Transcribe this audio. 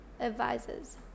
advisors